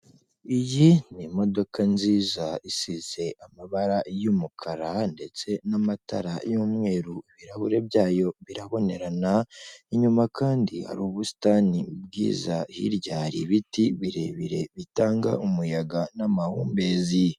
Iyi ni imodoka nziza isize amabara y'umukara ndetse n'amatara y'umweru, ibirahure byayo birabonerana, inyuma kandi hari ubusitani bwiza, hirya hari ibiti birebire bitanga umuyaga n'amahumbezi.